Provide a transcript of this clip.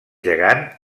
gegant